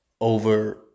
over